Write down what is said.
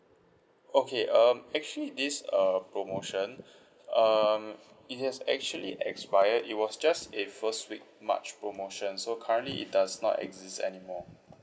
okay um actually this err promotion um it has actually expired it was just a first week march promotion so currently it does not exist anymore